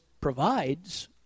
provides